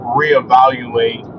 reevaluate